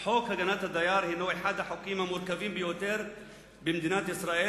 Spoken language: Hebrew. "חוק הגנת הדייר הינו אחד החוקים המורכבים ביותר במדינת ישראל,